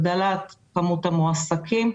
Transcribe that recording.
הגדלת כמות המועסקים,